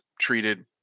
treated